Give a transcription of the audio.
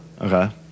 Okay